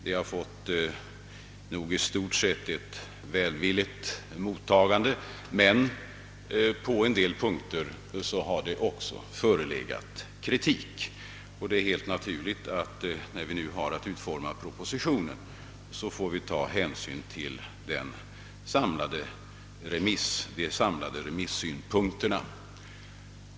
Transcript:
Förslaget har i stort sett fått ett välvilligt mottagande — men på en del punkter har kritik framförts. Det är helt naturligt att vi, när vi nu skall utforma propositionen, får ta hänsyn till de samlade remissynpunkterna.